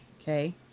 Okay